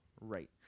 right